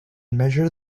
measured